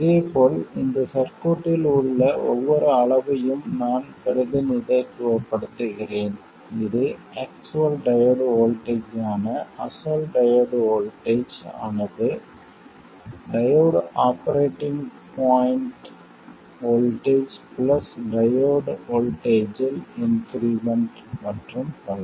இதேபோல் இந்த சர்க்யூட்டில் உள்ள ஒவ்வொரு அளவையும் நான் பிரதிநிதித்துவப்படுத்துகிறேன் இது ஆக்சுவல் டையோடு வோல்ட்டேஜ் ஆன அசல் டையோடு வோல்ட்டேஜ் ஆனது operating point diode voltage plus diode வோல்ட்டேஜ்ஜில் இன்க்ரிமென்ட் மற்றும் பல